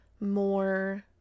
more